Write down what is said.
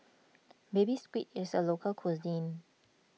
Baby Squid is a local cuisine